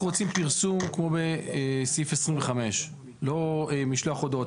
אנחנו רוצים פרסום כמו בסעיף 25. לא משלוח הודעות.